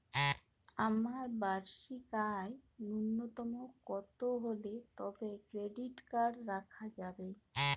আমার বার্ষিক আয় ন্যুনতম কত হলে তবেই ক্রেডিট কার্ড রাখা যাবে?